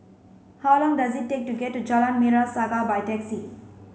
how long does it take to get to Jalan Merah Saga by taxi